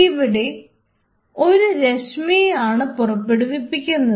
അവിടെ ഒരു രശ്മിയെ ആണ് പുറപ്പെടുവിക്കുന്നത്